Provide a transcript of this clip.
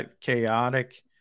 chaotic